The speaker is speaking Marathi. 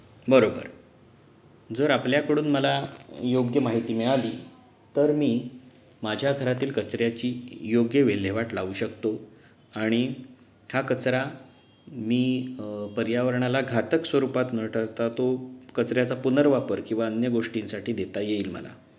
बरोबर जर आपल्याकडून मला योग्य माहिती मिळाली तर मी माझ्या घरातील कचऱ्याची य योग्य विल्हेवाट लावू शकतो आणि हा कचरा मी पर्यावरणाला घातक स्वरूपात न ठरता तो कचऱ्याचा पुनर्वापर किंवा अन्य गोष्टींसाठी देता येईल मला